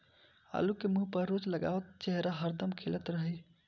आलू के मुंह पर रोज लगावअ त चेहरा हरदम खिलल रही